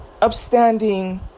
upstanding